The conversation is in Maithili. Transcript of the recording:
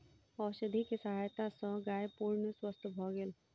औषधि के सहायता सॅ गाय पूर्ण स्वस्थ भ गेल